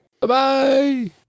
Bye-bye